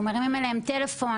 אנחנו מרימים אליהם טלפון"